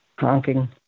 honking